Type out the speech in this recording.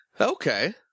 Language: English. Okay